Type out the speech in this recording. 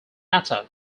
attack